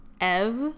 Ev